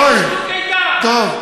אוה, טוב.